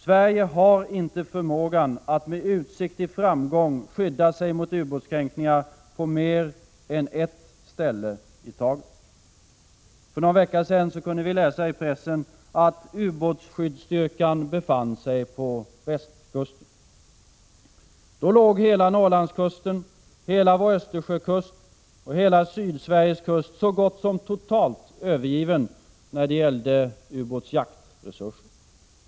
Sverige har inte förmågan att med utsikt till framgång på mer än ett ställe i taget skydda sig mot ubåtskränkningar. För någon vecka sedan befann sig ubåtsskyddsstyrkan på västkusten. Då låg hela Norrlandskusten, hela vår Östersjökust och hela Sydsveriges kust så gott som totalt övergiven när det gällde ubåtsjaktsresurser.